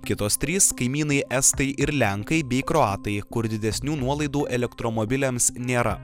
kitos trys kaimynai estai ir lenkai bei kroatai kur didesnių nuolaidų elektromobiliams nėra